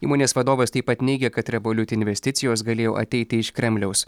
įmonės vadovas taip pat neigia kad revolut investicijos galėjo ateiti iš kremliaus